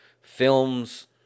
films